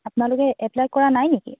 আপোনালোকে এপ্লাই কৰা নাই নেকি